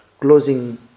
closing